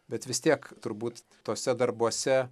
bet vis tiek turbūt tuose darbuose